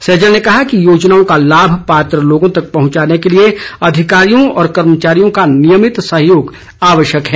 सैजल ने कहा कि योजनाओं का लाभ पात्र लोगों तक पहुंचाने के लिए अधिकारियों और कर्मचारियों का नियमित सहयोग आवश्यक है